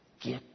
Get